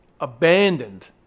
abandoned